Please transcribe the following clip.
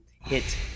hit